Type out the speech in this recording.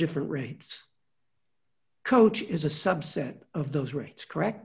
different rates coach is a subset of those rates correct